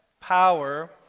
Power